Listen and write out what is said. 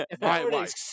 right